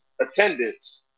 attendance